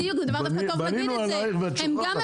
בנינו עלייך ואת שוכחת.